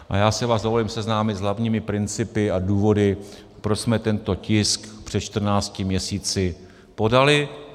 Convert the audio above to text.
A já si vás dovolím seznámit s hlavními principy a důvody, proč jsme tento tisk před čtrnácti měsíci podali.